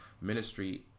ministry